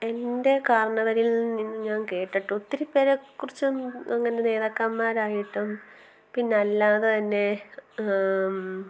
എന്റെ കാരണവരിൽ നിന്നും ഞാൻ കേട്ടിട്ടുണ്ട് ഒത്തിരി പേരെക്കുറിച്ചും അങ്ങനെ നേതാക്കന്മാരായിട്ടും പിന്നെ അല്ലാതെ തന്നെ